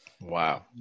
wow